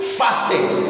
fasted